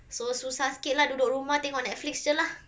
so susah sikit lah duduk rumah tengok Netflix jer lah